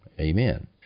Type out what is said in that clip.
Amen